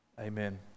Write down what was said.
amen